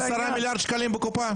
--- 10 מיליארד שקלים בקופה.